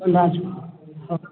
बाजू